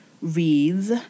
reads